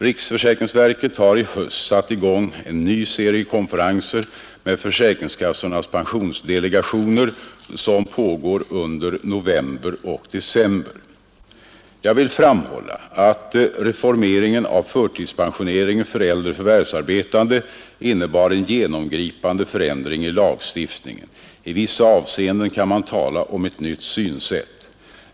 Riksförsäkringsverket har i höst satt i gång en ny serie konferenser med försäkringskassornas pensionsdelegationer, som pågår under november och december. Jag vill framhålla att reformeringen av förtidspensioneringen för äldre förvärvsarbetande innebar en genomgripande förändring i lagstiftningen. I vissa avseenden kan man tala om ett nytt synsätt.